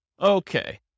Okay